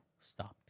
stopped